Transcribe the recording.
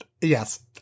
Yes